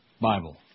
Bible